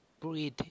breathe